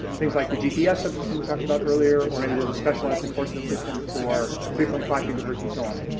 things like the gps subsystem we talked about earlier or maybe there's a specialized enforcement system for three point five gigahertz and so on.